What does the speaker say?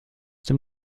dem